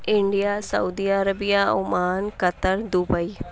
India Saudi Arabia Oman Qatar Dubai